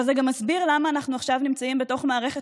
אבל זה גם מסביר למה אנחנו נמצאים עכשיו בתוך מערכת